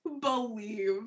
believe